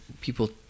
people